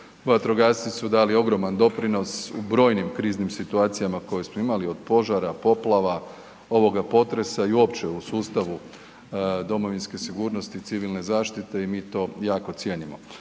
Vatrogasci su dali ogroman doprinos u brojim kriznim situacijama koje smo imali od požara, poplava, ovoga potresa i uopće u sustavu domovinske sigurnosti i civilne zaštite i mi to jako cijenimo.